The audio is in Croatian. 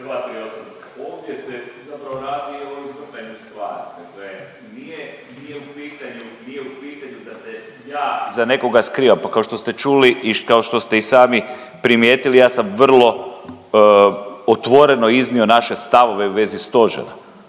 nekog skrivam. Pa kao što ste čuli i kao što ste i sami primijetili ja sam vrlo otvoreno iznio naše stavove u vezi stožera.